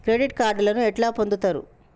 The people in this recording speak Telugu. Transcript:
క్రెడిట్ కార్డులను ఎట్లా పొందుతరు?